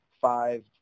five